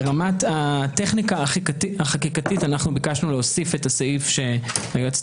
ברמת הטכניקה החקיקתית אנחנו ביקשנו להוסיף את הסעיף שהיועצת